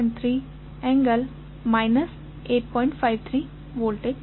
53◦ V છે